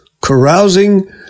carousing